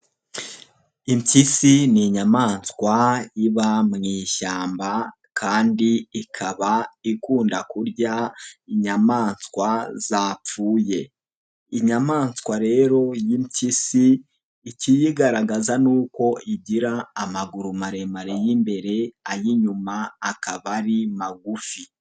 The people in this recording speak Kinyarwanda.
Impyisi ni inyamaswa iba mu ishyamba kandi ikaba ikunda kurya inyamanswa zapfuye, inyamanswa rero y'impyisi ikiyigaragaza ni uko igira amaguru maremare y'imbere, ay'inyuma akaba ari magufi.